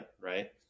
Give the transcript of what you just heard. right